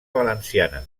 valenciana